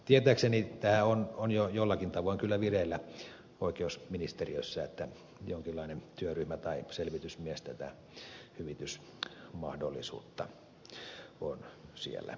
tietääkseni tämä on jo jollakin tavoin kyllä vireillä oikeusministeriössä eli jonkinlainen työryhmä tai selvitysmies tätä hyvitysmahdollisuutta on siellä selvittämässä